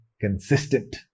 consistent